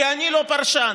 כי אני לא פרשן.